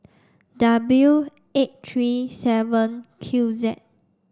W eight three seven Q Z